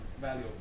value